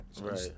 Right